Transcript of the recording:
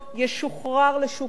ישוחרר לשוק העבודה.